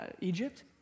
Egypt